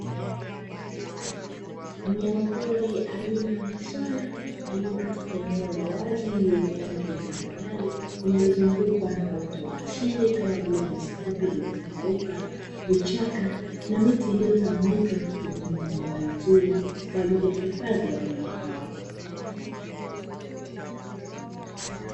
Mnyamapori aina ya swala aliye katika eneo la wazi lenye ardhi tambarare lililozungukwa na uoto wa asili kama vile nyasi fupi zilizokauka, vichaka na miti iliyotawanyika na kutengeneza mandhari nzuri kwa ajili ya hifadhi ya wanyama hao.